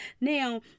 Now